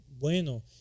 Bueno